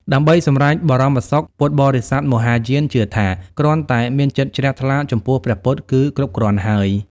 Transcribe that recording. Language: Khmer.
ដើម្បីសម្រេចបរមសុខ ពុទ្ធបរិស័ទមហាយានជឿថាគ្រាន់តែមានចិត្តជ្រះថ្លាចំពោះព្រះពុទ្ធគឺគ្រប់គ្រាន់ហើយ។